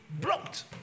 blocked